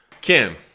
Kim